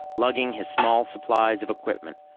lugging his small supplies of equipment,